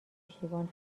پشتیبان